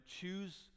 choose